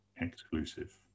exclusive